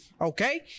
Okay